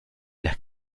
las